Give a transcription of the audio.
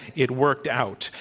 it worked out.